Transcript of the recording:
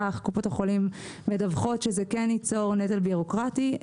קופות החולים מדווחות שזה כן ייצור נטל בירוקרטי.